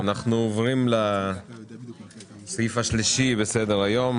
עוברים לסעיף השלישי בסדר היום: